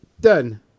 Done